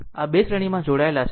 આ 2 શ્રેણીમાં જોડાયેલા છે